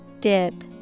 Dip